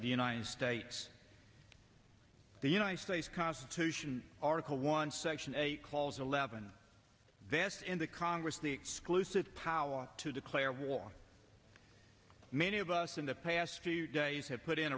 the united states the united states constitution article one section eight calls eleven this and the congress the exclusive power to declare war many of us in the past few days have put in